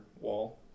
wall